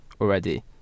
already